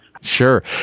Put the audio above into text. Sure